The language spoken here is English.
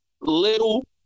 little